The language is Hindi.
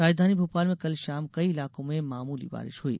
राजधानी भोपाल में कल शाम कई इलाकों में मामूली बारिश हुई